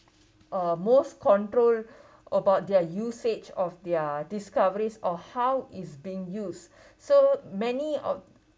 uh most control about their usage of their discoveries or how it's being used so many of